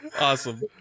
Awesome